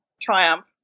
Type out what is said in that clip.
triumph